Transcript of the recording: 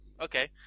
Okay